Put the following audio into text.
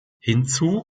hinzu